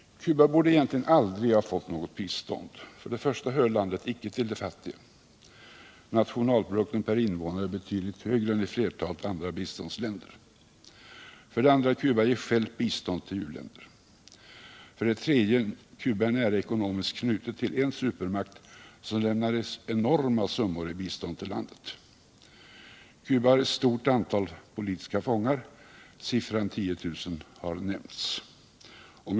Cuba borde egentligen aldrig ha fått något bistånd. För det första hör landet icke till de fattiga. Nationalprodukten per invånare är betydligt högre än i flertalet andra biståndsländer. För det andrå ger Cuba självt bistånd till uländer, och för det tredje är Cuba nära ekonomiskt knutet till en supermakt, som lämnar enorma summor i bistånd till landet. Cuba har ett stort antal politiska fångar — siffran 10 000 har nämnts.